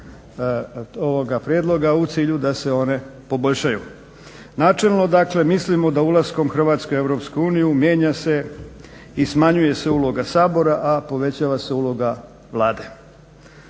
u cilju da se one poboljšaju. Načelno dakle mislimo da ulaskom Hrvatske u EU mijenja se i smanjuje se uloga Sabora, a povećava se uloga Vlade.